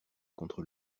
contre